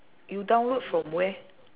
you download from where